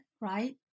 right